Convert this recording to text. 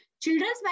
children's